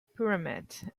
pyramids